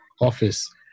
office